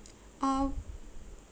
uh